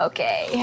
Okay